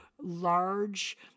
large